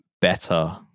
better